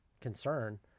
concern